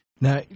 Now